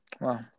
Wow